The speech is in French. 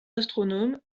astronomes